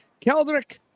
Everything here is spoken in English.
Keldrick